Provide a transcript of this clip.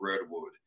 redwood